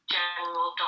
General